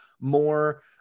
more